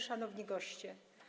Szanowni Goście!